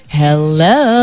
hello